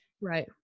Right